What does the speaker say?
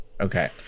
Okay